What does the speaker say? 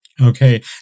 okay